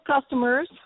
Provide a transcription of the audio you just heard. customers